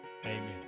Amen